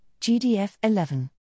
GDF11